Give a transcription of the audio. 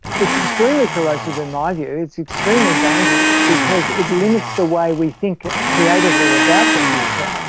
it's extremely corrosive, in my view, it's extremely dangerous because it limits the way we think creatively about the future,